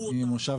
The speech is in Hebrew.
ממושב